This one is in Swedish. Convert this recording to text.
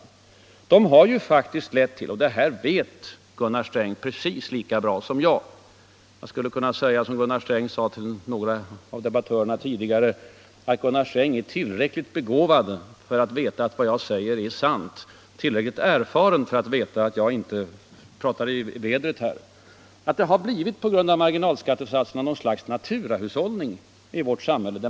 Marginalskattesatserna har faktiskt lett till — och det vet Gunnar Sträng precis; jag skulle kunna säga, som Gunnar Sträng sade till några av debattörerna tidigare, att Gunnar Sträng är tillräckligt begåvad för att veta att vad jag säger är sant, tillräckligt erfaren för att veta att jag inte pratar i vädret — att något slags naturahushållning uppstått i vårt samhälle.